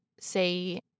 say